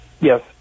Yes